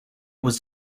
was